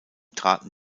traten